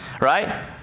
right